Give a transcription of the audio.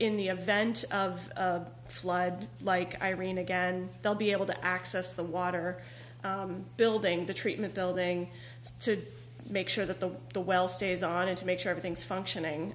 in the event of a flood like irene again they'll be able to access the water building the treatment building to make sure that the the well stays on it to make sure everything's functioning